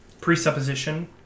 presupposition